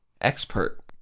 Expert